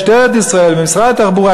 משטרת ישראל ומשרד התחבורה,